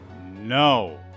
No